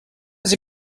sie